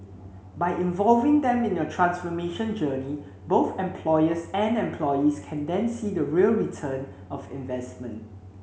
by involving them in your transformation journey both employers and employees can then see the real return of investment